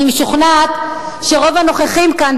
אני משוכנעת שרוב הנוכחים כאן,